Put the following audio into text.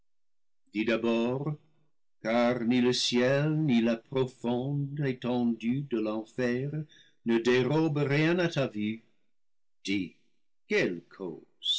dis d'abord car ni le ciel ni la profonde étendue de l'enfer ne dérobent rien à ta vue dis quelle cause